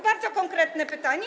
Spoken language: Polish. Bardzo konkretne pytanie.